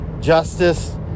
justice